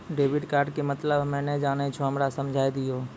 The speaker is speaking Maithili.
डेबिट कार्ड के मतलब हम्मे नैय जानै छौ हमरा समझाय दियौ?